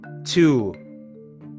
Two